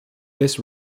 this